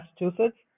Massachusetts